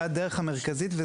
זו הדרך המרכזית.